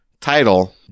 Title